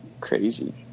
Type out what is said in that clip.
crazy